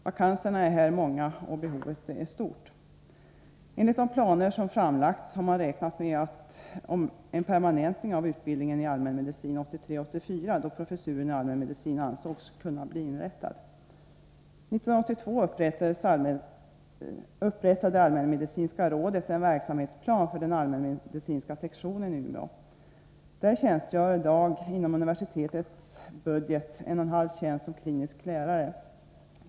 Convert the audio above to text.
Vakanserna är här många och behovet stort. Enligt de planer som framlagts har man räknat med en permanentning av utbildningen i allmänmedicin 1983/84, då professuren i allmänmedicin ansågs kunna bli inrättad. 1982 upprättade allmänmedicinska rådet en verksamhetsplan för den allmänmedicinska sektionen i Umeå. Där finns i dag inom universitetets budget en och en halv tjänst som klinisk lärare.